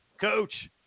Coach